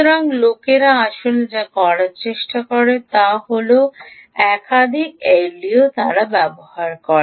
সুতরাং লোকেরা আসলে যা করার চেষ্টা করে তা হল তারা একাধিক এলডিও ব্যবহার করে